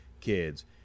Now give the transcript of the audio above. kids